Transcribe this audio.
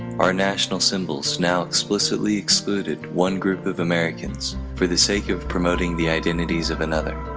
our national symbols now explicitly excluded one group of americans for the sake of promoting the identities of another